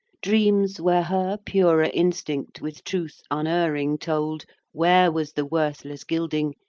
dreams, where her purer instinct with truth unerring told where was the worthless gilding,